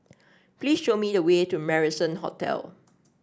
please show me the way to Marrison Hotel